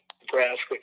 Nebraska